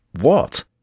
what